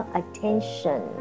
attention